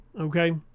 okay